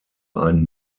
ein